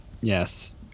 yes